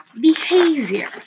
behavior